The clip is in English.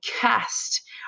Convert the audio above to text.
cast